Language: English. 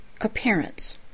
appearance